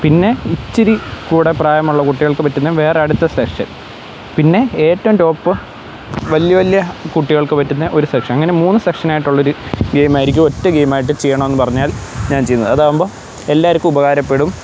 പിന്നെ ഇത്തിരി കൂടെ പ്രായമുള്ള കുട്ടികൾക്ക് പറ്റുന്ന വേറെ അടുത്ത സെക്ഷൻ പിന്നെ ഏറ്റവും ടോപ്പ് വലിയ വലിയ കുട്ടികൾക്ക് പറ്റുന്ന ഒരു സെക്ഷൻ അങ്ങനെ മൂന്ന് സെക്ഷൻ ആയിട്ടുള്ള ഒരു ഗെയിം ആയിരിക്കും ഒറ്റ ഗെയിം ആയിട്ട് ചെയ്യണമെന്ന് പറഞ്ഞാൽ ഞാൻ ചെയ്യുന്നത് അതാവുമ്പോൾ എല്ലാവർക്കും ഉപകാരപ്പെടും